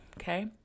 okay